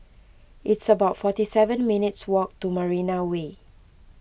it's about forty seven minutes' walk to Marina Way